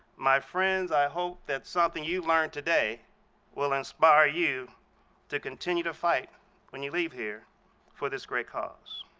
my friends, i hope that something you learned today will inspire you to continue to fight when you leave here for this great cause.